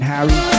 Harry